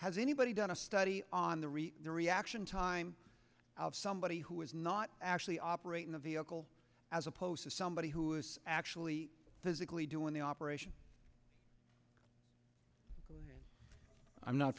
has anybody done a study on the re the reaction time of somebody who was not actually operating the vehicle as opposed to somebody who is actually physically doing the operation i'm not